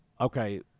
okay